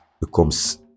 becomes